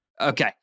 Okay